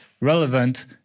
relevant